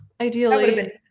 Ideally